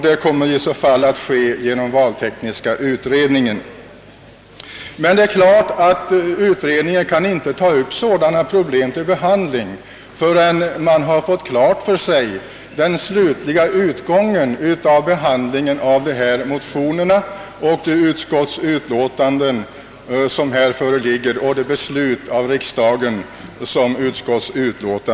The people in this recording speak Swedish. Detta skulle i så fall valtekniska utredningen få till uppgift. Självfallet kan utredningen emellertid inte ta upp sådana problem till övervägande förrän man känner till den slutliga utgången av behandlingen av föreliggande motioner och utlåtanden här i riksdagen.